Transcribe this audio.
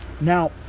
Now